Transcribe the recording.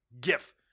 GIF